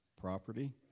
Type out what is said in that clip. property